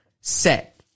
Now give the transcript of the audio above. set